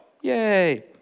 Yay